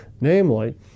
namely